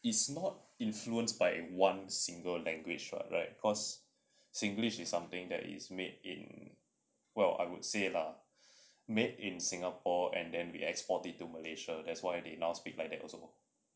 it's not influenced by one single language [what] right cause singlish is something that is made in well I would say lah made in singapore and then we export it to malaysia that's why they now speak like that also